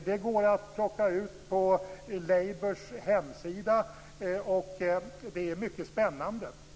Det går att plocka fram på Labours hemsida. Det är mycket spännande.